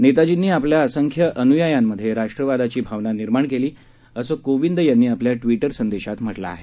नेताजींनी आपल्या असंख्य अनुयायांमध्ये राष्ट्रवादाची भावना निर्माण केली असं कोविंद यांनी आपल्या ट्विटर संदेशात म्हटलं आहे